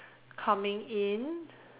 coming in